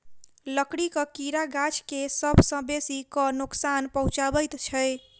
लकड़ीक कीड़ा गाछ के सभ सॅ बेसी क नोकसान पहुचाबैत छै